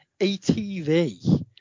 ATV